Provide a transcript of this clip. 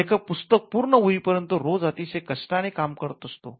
लेखक पुस्तक पूर्ण होईपर्यंत रोज अतिशय कष्टाने काम करत असतो